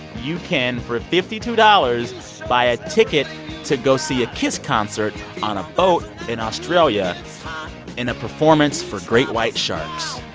you can for fifty two dollars buy a ticket to go see a kiss concert on a boat in australia in a performance for great white sharks.